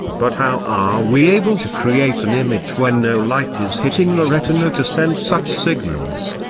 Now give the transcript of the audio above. but how are we able to create an image when no light is hitting the retina to send such signals?